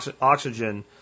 oxygen